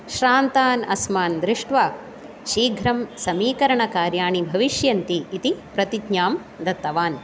श्रान्तान् अस्मान् दृष्ट्वा शीघ्रं समीकरण कार्याणि भविष्यन्ति इति प्रतिज्ञां दत्तवान्